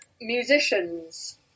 musicians